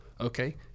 Okay